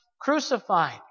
crucified